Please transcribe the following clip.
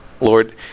Lord